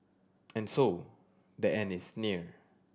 and so the end is near